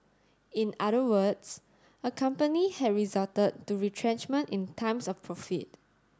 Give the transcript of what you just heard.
in other words a company had resort to retrenchment in times of profit